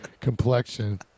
complexion